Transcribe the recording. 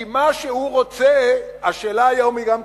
כי מה שהוא רוצה השאלה היום היא גם כלפיכם: